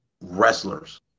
wrestlers